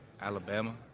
Alabama